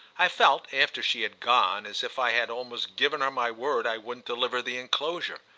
i felt, after she had gone, as if i had almost given her my word i wouldn't deliver the enclosure.